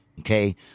Okay